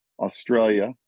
Australia